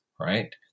right